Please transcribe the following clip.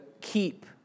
keep